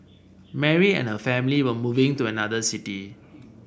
Mary and her family were moving to another city